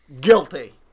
guilty